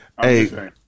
Hey